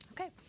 Okay